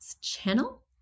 channel